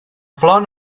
flor